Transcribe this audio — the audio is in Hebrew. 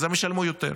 אז הם ישלמו יותר,